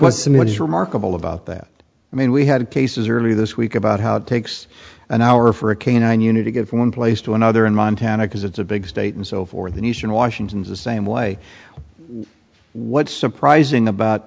was just remarkable about that i mean we had cases earlier this week about how it takes an hour for a canine unit to get from one place to another in montana because it's a big state and so for the nation washington is the same way what's surprising about